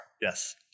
Yes